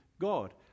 God